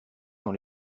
dans